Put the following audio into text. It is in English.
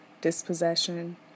dispossession